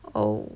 oh